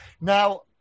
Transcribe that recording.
Now